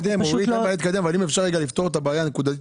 אין בעיה להתקדם אבל אם אפשר עוד שתי דקות כדי לפתור את הבעיה נקודתית,